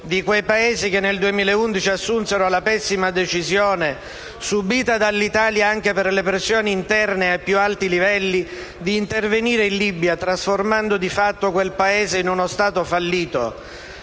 di quei Paesi che, nel 2011, assunsero la pessima decisione, subita dall'Italia, anche per le pressioni interne ai più alti livelli, di intervenire in Libia, trasformando di fatto quel Paese in uno Stato fallito.